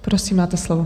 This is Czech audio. Prosím, máte slovo.